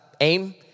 aim